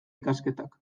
ikasketak